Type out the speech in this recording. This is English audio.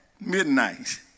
midnight